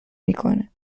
میکنه